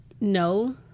no